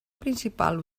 principal